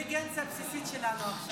אבל אתה פוגע באינטליגנציה הבסיסית שלנו עכשיו.